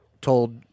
told